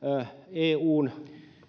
eun